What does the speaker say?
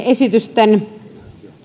esitysten